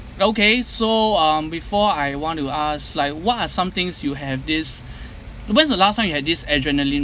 okay so um before I want to ask like what are some things you have this when's the last time you had this adrenaline